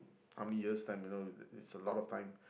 how many years time you know it's a lot of time